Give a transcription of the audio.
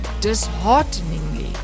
dishearteningly